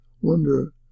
wonder